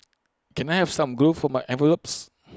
can I have some glue for my envelopes